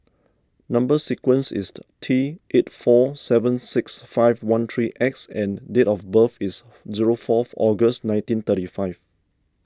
Number Sequence is T eight four seven six five one three X and date of birth is zero four August nineteen thirty five